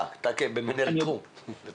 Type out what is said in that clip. יש